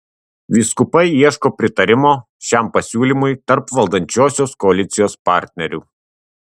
vyskupai ieško pritarimo šiam pasiūlymui tarp valdančiosios koalicijos partnerių